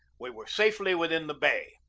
we were safely within the bay.